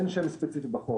אין שם ספציפי בחוק.